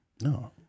No